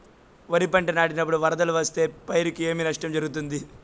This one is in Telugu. వరిపంట నాటినపుడు వరదలు వస్తే పైరుకు ఏమి నష్టం జరుగుతుంది?